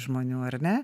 žmonių ar ne